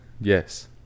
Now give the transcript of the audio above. yes